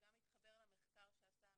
גם להתחבר למחקר שעשה הממ"מ.